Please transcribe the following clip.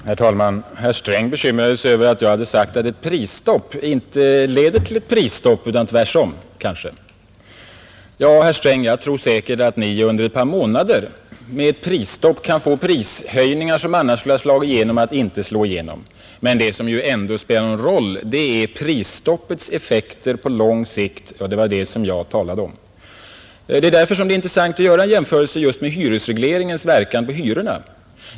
Herr talman! Herr Sträng bekymrade sig över att jag hade sagt att ett prisstopp inte leder till ett prisstopp utan kanske tvärtom. Ja, herr Sträng, jag tror säkert att Ni under ett par månader med ett prisstopp kan få prishöjningar, som annars skulle ha slagit igenom, att inte slå igenom. Men det som ju ändå spelar någon roll är prisstoppets effekter på lång sikt, och det var det som jag talade om. Det är därför som det är intressant att göra en jämförelse just med hyresregleringens verkan på hyrorna.